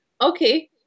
okay